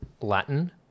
Latin